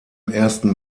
ersten